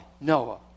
Noah